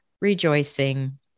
rejoicing